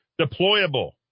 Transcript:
deployable